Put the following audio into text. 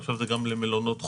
עכשיו גם במלונות חולים,